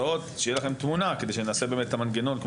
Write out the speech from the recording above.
המנגנון כמו שלילך הציעה כאן לדייק אותו.